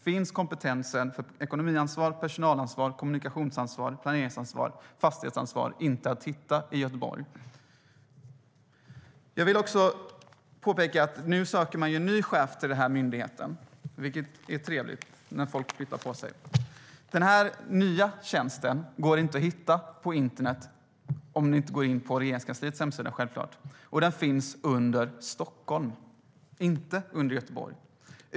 Står kompetensen för ekonomiansvar, personalansvar, kommunikationsansvar, planeringsansvar och fastighetsansvar inte att finna i Göteborg? Nu söker man en ny chef till myndigheten, vilket är trevligt när folk flyttar på sig. Den nya tjänsten går inte att hitta på internet om man inte går in på Regeringskansliets hemsida, och den finns under Stockholm, inte under Göteborg.